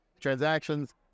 transactions